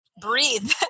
Breathe